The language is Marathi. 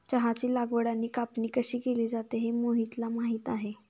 चहाची लागवड आणि कापणी कशी केली जाते हे मोहितला माहित आहे